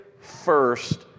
first